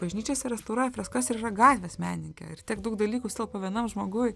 bažnyčiose restauruoja freskas ir yra gatvės menininkė ir tiek daug dalykų sutelpa vienam žmogui